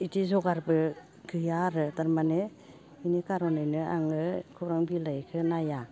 इदि जगारबो गैया आरो थारमाने इनि खार'ननैनो आङो खौरां बिलाइखो नाया